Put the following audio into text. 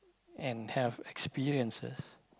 and have experiences